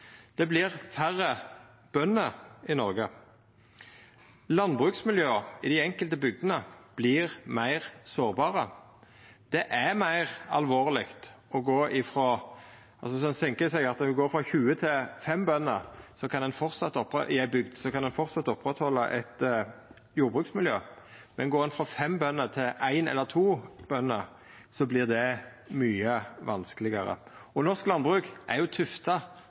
Det vert færre bønder i Noreg. Landbruksmiljøa i dei enkelte bygdene vert meir sårbare. Om ein tenkjer seg at ein går frå 20 til 5 bønder i ei bygd, kan ein framleis oppretthalda eit jordbruksmiljø, men går ein frå fem bønder til ein eller to, vert det mykje vanskelegare. Norsk landbruk er tufta på kunnskap. Det er tufta